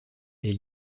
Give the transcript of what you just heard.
est